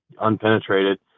unpenetrated